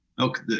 Okay